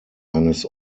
eines